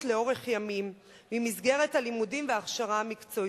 לאורך ימים ממסגרת הלימודים וההכשרה המקצועית,